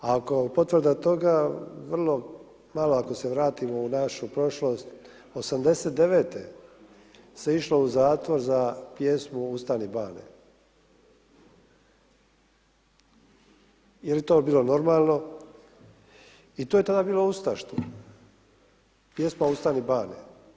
A kao potvrda toga vrlo malo ako se vratimo u našu prošlost, '89. se išlo u zatvor za pjesmu „Ustani bane“ jer je to bilo normalno i to je tada bilo ustaški, pjesma „Ustani bane“